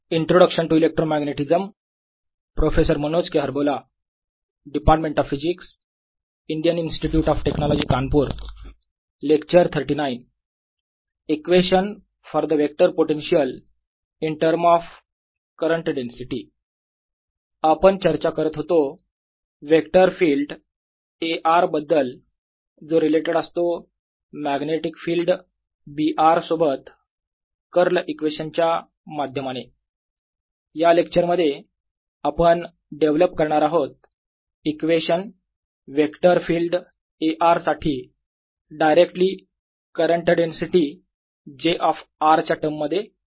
equation for the vector potential in term of current density आपण चर्चा करत होतो वेक्टर फिल्ट A r बद्दल जो रिलेटेड असतो मॅग्नेटिक फिल्ड B r सोबत कर्ल इक्वेशन च्या माध्यमाने या लेक्चर मध्ये आपण डेव्हलप करणार आहोत equation vector field A r साठी directly current density j of r च्या टर्ममध्ये